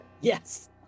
Yes